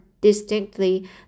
distinctly